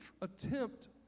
attempt